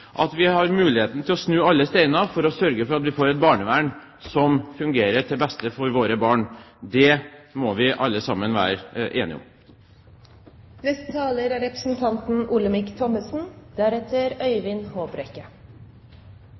etter evalueringen, har muligheten til å snu alle steiner for å sørge for at vi får et barnevern som fungerer til beste for våre barn. Det må vi alle sammen være enige om. Det er